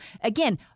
again